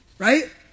right